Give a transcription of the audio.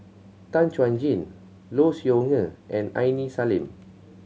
Tan Chuan Jin Low Siew Nghee and Aini Salim